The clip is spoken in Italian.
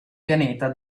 pianeta